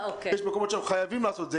ויש מקומות שאנחנו חייבים לעשות את זה,